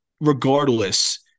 regardless